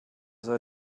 soll